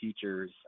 teachers